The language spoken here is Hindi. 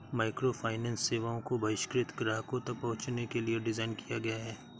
माइक्रोफाइनेंस सेवाओं को बहिष्कृत ग्राहकों तक पहुंचने के लिए डिज़ाइन किया गया है